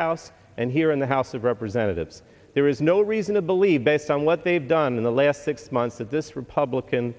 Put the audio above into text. house and here in the house of representatives there is no reason to believe based on what they've done in the last six months that this republican